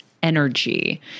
energy